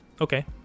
Okay